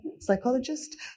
psychologist